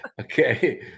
Okay